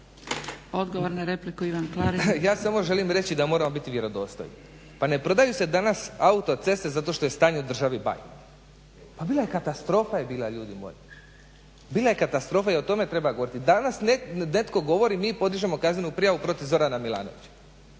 Klarin. **Klarin, Ivan (SDP)** Ja samo želim reći da moramo biti vjerodostojni. Pa ne prodaju se danas autoceste zato što je stanje u državi bajno, pa bila je, katastrofa je bila ljudi moji. Bila je katastrofa i o tome treba govoriti. Danas netko govori mi podižemo kaznenu prijavu protiv Zorana Milanovića,